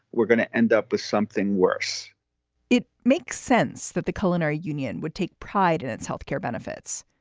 we're going to end up with something worse it makes sense that the culinary union would take pride in its health care benefits.